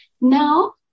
Now